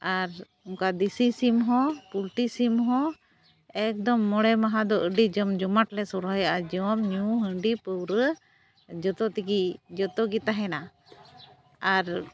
ᱟᱨ ᱚᱝᱠᱟ ᱫᱮᱥᱤ ᱥᱤᱢᱦᱚᱸ ᱯᱩᱞᱴᱤ ᱥᱤᱢᱦᱚᱸ ᱮᱠᱫᱚᱢ ᱢᱚᱬᱮ ᱢᱟᱦᱟᱫᱚ ᱟᱹᱰᱤ ᱡᱚᱢᱡᱚᱢᱟᱴᱞᱮ ᱥᱚᱨᱦᱟᱭᱚᱜᱼᱟ ᱡᱚᱢᱼᱧᱩ ᱦᱟᱺᱰᱤᱼᱯᱟᱹᱣᱨᱟᱹ ᱡᱚᱛᱚᱛᱮᱜᱮ ᱡᱚᱛᱚᱜᱮ ᱛᱟᱦᱮᱱᱟ ᱟᱨ